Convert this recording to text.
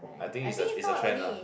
I think is a is a trend lah